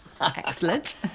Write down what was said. Excellent